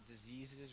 diseases